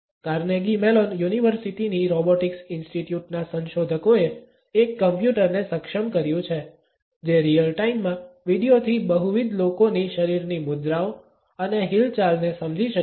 Carnegie Mellon યુનિવર્સિટીની robotics institute ના સંશોધકોએ એક કમ્પ્યુટરને સક્ષમ કર્યું છે જે રિયલ ટાઈમમાં વીડિયોથી બહુવિધ લોકોની શરીરની મુદ્રાઓ અને હિલચાલને સમજી શકે છે